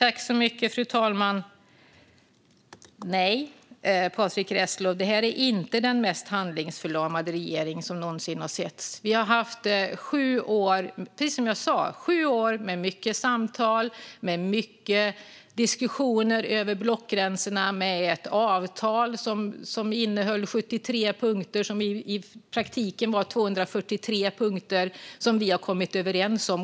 Fru talman! Nej, det här är inte den mest handlingsförlamade regering som någonsin har setts, Patrick Reslow. Precis som jag sa har vi haft sju år med mycket samtal, mycket diskussioner över blockgränserna och ett avtal som innehöll 73 punkter - i praktiken var det 243 punkter - som vi kom överens om.